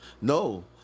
No